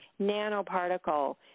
nanoparticle